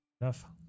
Enough